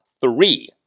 three